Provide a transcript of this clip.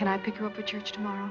can i pick up a church mo